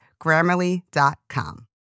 Grammarly.com